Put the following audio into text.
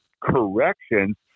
corrections